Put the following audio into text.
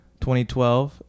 2012